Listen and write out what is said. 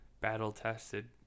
battle-tested